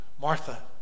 Martha